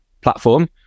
platform